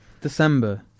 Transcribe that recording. December